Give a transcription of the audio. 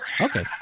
okay